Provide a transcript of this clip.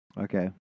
Okay